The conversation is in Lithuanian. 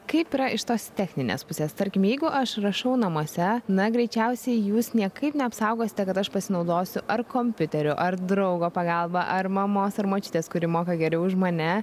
kaip yra iš tos techninės pusės tarkim jeigu aš rašau namuose na greičiausiai jūs niekaip neapsaugosite kad aš pasinaudosiu ar kompiuteriu ar draugo pagalba ar mamos ar močiutės kuri moka geriau už mane